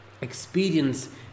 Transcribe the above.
experience